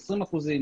20 אחוזים,